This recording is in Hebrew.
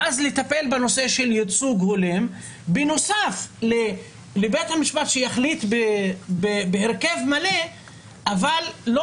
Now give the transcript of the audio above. ואז לטפל בנושא של ייצוג הולם בנוסף לבית המשפט שיחליט בהרכב מלא אבל לא